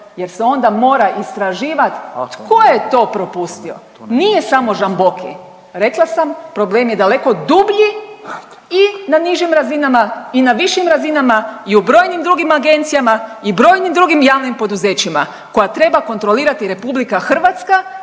Jer se onda mora istraživat tko je to propustio. Nije samo Žamboki, rekla sam problem je daleko dublji i na nižim razinama i na višim razinama i u brojnim drugim agencijama i brojim drugim javnim poduzećima koja treba kontrolirati RH štiteći